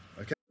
Okay